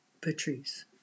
Patrice